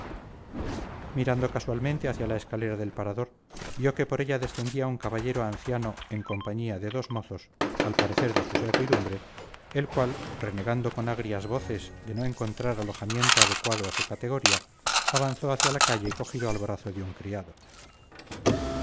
mirando casualmente hacia la escalera del parador vio que por ella descendía un caballero anciano en compañía de dos mozos al parecer de su servidumbre el cual renegando con agrias voces de no encontrar alojamiento adecuado a su categoría avanzó hacia la calle cogido al brazo de un criado